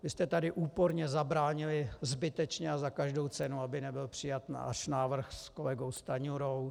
Vy jste tady úporně zabránili zbytečně a za každou cenu, aby nebyl přijat náš návrh s kolegou Stanjurou.